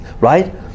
right